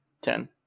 Ten